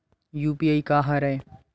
UPI का हरय?